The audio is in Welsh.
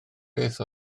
beth